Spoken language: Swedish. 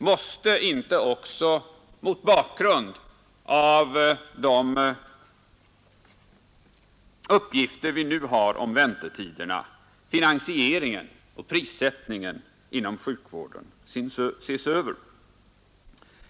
Mäste inte också, mot bakgrund av de uppgifter vi nu har om väntetiderna. finansieringen och prissättningen inom sjukvården ses över?